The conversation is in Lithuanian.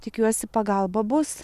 tikiuosi pagalba bus